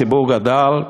הציבור גדל,